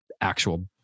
actual